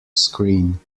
screen